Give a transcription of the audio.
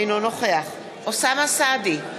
אינו נוכח אוסאמה סעדי,